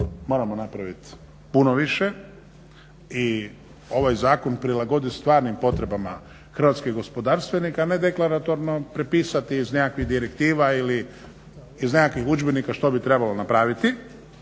moramo napraviti puno više i ovaj zakon prilagoditi stvarnim potrebama hrvatskih gospodarstvenika, a ne deklaratorno prepisati iz nekakvih direktiva ili iz nekakvih udžbenika što bi trebalo napraviti.